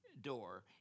door